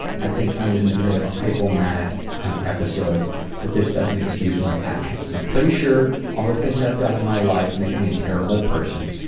i think i was in a bit of a hypo-manic episode but this doesn't excuse my actions. i'm pretty sure all the things i've done in my life make me a terrible person.